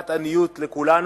תעודת עניות לכולנו.